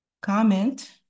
comment